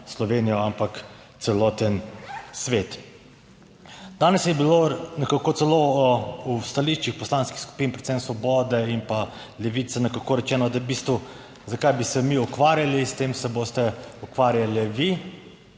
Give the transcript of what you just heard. Slovenijo, ampak celoten svet. Danes je bilo nekako celo v stališčih poslanskih skupin predvsem Svobode in pa Levice nekako rečeno, da v bistvu zakaj bi se mi ukvarjali s tem se boste ukvarjali vi.